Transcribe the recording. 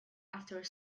after